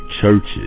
churches